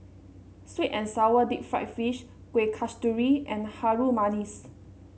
sweet and sour Deep Fried Fish Kueh Kasturi and Harum Manis